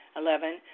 Eleven